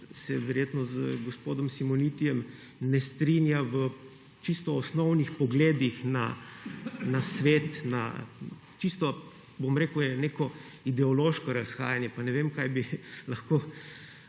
se verjetno z gospodom Simonitijem ne strinja v čisto osnovnih pogledih na svet, da je neko ideološko razhajanje. Pa ne vem, kaj bi lahko